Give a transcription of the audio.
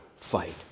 fight